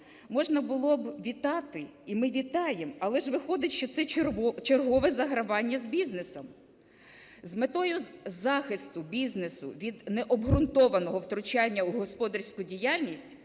можна було б вітати і ми вітаємо, але ж виходить, що це чергове загравання з бізнесом. З метою захисту бізнесу від необґрунтованого втручання у господарську діяльність,